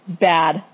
bad